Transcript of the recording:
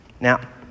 Now